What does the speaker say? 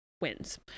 wins